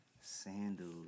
Sandals